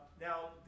Now